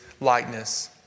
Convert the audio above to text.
likeness